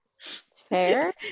Fair